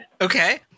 Okay